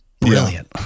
brilliant